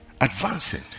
Advancing